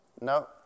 no